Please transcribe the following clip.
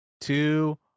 two